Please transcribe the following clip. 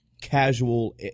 casual